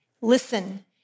Listen